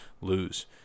lose